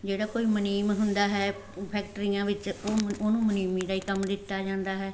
ਜਿਹੜਾ ਕੋਈ ਮੁਨੀਮ ਹੁੰਦਾ ਹੈ ਫੈਕਟਰੀਆਂ ਵਿੱਚ ਉਹਨੂੰ ਮੁਨੀਮੀ ਦਾ ਹੀ ਕੰਮ ਦਿੱਤਾ ਜਾਂਦਾ ਹੈ